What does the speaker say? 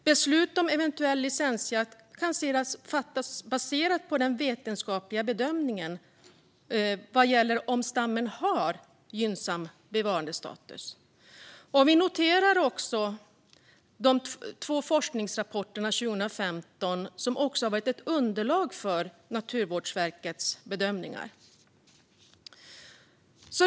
Beslut om eventuell licensjakt kan sedan fattas baserat på den vetenskapliga bedömningen av om stammen har gynnsam bevarandestatus. Vi noterade också de två forskningsrapporterna 2015 som har varit ett underlag för Naturvårdsverkets bedömningar.